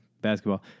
basketball